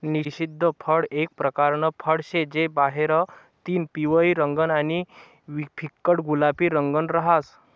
निषिद्ध फळ एक परकारनं फळ शे जे बाहेरतीन पिवयं रंगनं आणि फिक्कट गुलाबी रंगनं रहास